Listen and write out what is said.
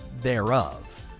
thereof